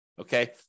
okay